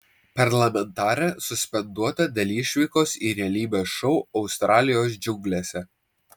parlamentarė suspenduota dėl išvykos į realybės šou australijos džiunglėse